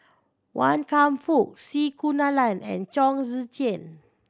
Wan Kam Fook C Kunalan and Chong Tze Chien